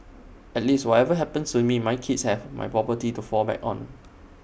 at least whatever happens to me my kids have my property to fall back on